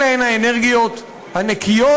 אלה הן האנרגיות הנקיות,